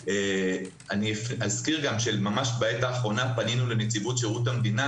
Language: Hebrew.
ממש בעת האחרונה פנינו לנציבות שירות המדינה